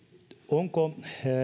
onko